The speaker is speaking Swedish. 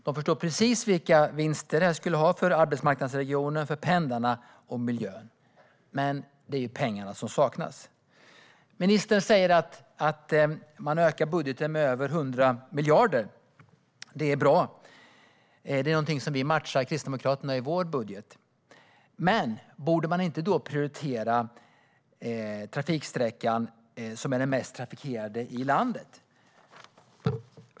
De förstår precis vilka vinster detta skulle medföra för arbetsmarknadsregionen, pendlarna och miljön, men det är pengarna som saknas. Ministern säger att man ökar budgeten med över 100 miljarder - det är bra. Vi kristdemokrater matchar detta i vår budget. Men borde man inte prioritera den trafiksträcka som är landets mest trafikerade?